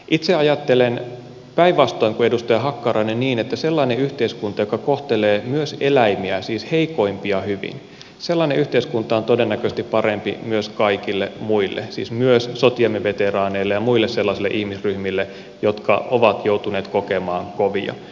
itse ajattelen päinvastoin kuin edustaja hakkarainen niin että sellainen yhteiskunta joka kohtelee myös eläimiä siis heikoimpia hyvin on todennäköisesti parempi myös kaikille muille siis myös sotiemme veteraaneille ja muille sellaisille ihmisryhmille jotka ovat joutuneet kokemaan kovia